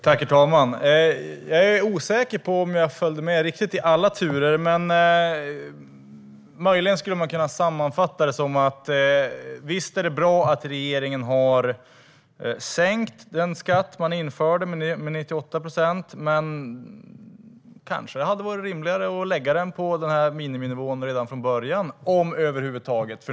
Herr talman! Jag är osäker på om jag riktigt följde med i alla turer. Möjligen skulle man kunna sammanfatta detta som att det är bra att regeringen har sänkt den skatt man införde med 98 procent, men att det kanske hade varit rimligare att lägga den på miniminivån redan från början.